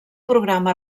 programa